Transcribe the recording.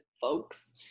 folks